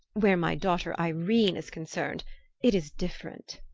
where my daughter ireen is concerned it is different